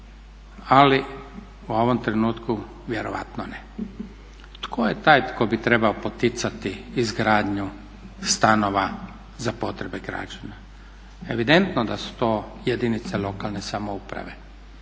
ali u ovom trenutku vjerojatno ne. Tko je taj tko bi trebao poticati izgradnju stanova za potrebe građana. Evidentno da su to jedinice lokalne samouprave